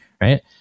right